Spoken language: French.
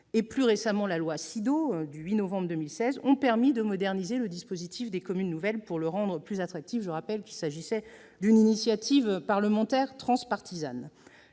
et, plus récemment, la loi Sido du 8 novembre 2016 ont permis de moderniser le dispositif des communes nouvelles pour le rendre plus attractif. Je vous rappelle qu'il s'agissait d'une initiative parlementaire transpartisane.